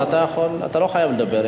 אתה לא חייב לדבר,